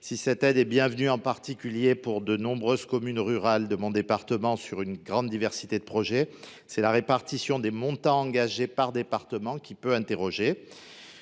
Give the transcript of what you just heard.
Si cette aide est la bienvenue, en particulier pour de nombreuses communes rurales de mon territoire, engagées dans une grande diversité de projets, la répartition des montants engagés par département interroge.